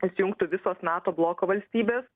įsijungtų visos nato bloko valstybės